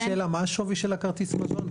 רק שאלה, מה השווי של הכרטיס מזון?